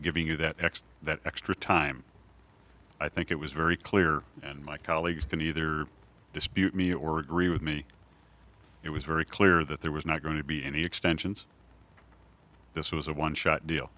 giving you that x that extra time i think it was very clear and my colleagues can either dispute me or agree with me it was very clear that there was not going to be any extensions this was a one shot deal